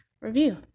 review